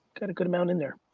got a good amount in there.